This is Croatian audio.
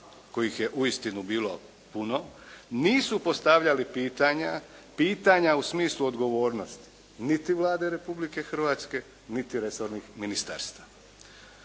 kojih je uistinu bilo puno nisu postavljali pitanja, pitanja u smislu odgovornosti niti Vlade Republike Hrvatske, niti resornih ministarstava.